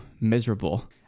miserable